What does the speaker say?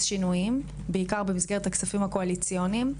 שינויים בעיקר במסגרת הכספים הקואליציוניים,